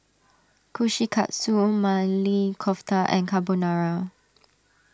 Kushikatsu Maili Kofta and Carbonara